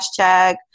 hashtag